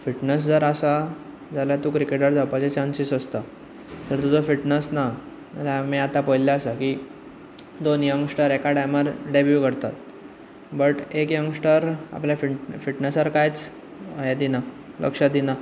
fitness जर आसा जाल्यार तूं क्रिकेटर जावपाचे चान्सीस आसतात जर तुजो फिटनेस ना जाल्यार आता आमी पळयल्ले आसा की दोन यंग स्टार एका टायमार डेब्यु करतात बट एक यंग स्टार आपल्या फिटनसार कांयच हें दिना लक्ष दिना